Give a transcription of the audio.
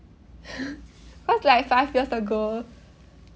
cause like five years ago